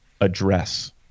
address